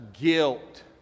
guilt